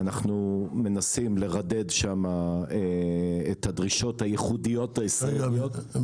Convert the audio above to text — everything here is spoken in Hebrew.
אנחנו מנסים לרדד שם את הדרישות הייחודיות הישראליות.